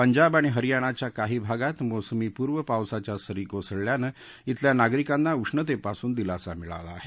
पंजाब आणि हरियाणाच्या काही भागात मोसमी पूर्व पावसाच्या सरी कोसळल्यानं बिल्या नागरिकांना उष्णतेपासून दिलासा मिळाला आहे